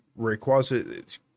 Rayquaza